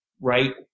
Right